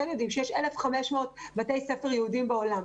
יודעים שיש 1,500 בתי ספר יהודיים בעולם.